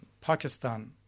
Pakistan